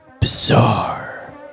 Bizarre